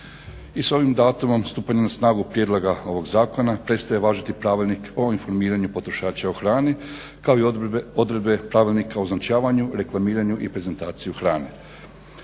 I s ovim datumom stupanja na snagu prijedloga ovog zakona prestaje važiti Pravilnik o informiranju potrošača o hrani kao i odredbe Pravilnika o označavanju, reklamiranju i prezentaciji hrane